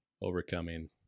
overcoming